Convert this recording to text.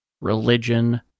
religion